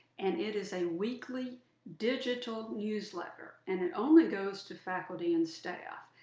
and it is a weekly digital newsletter and it only goes to faculty and staff.